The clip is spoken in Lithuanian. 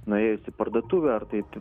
nuėjęs į parduotuvę ar tai